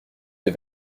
des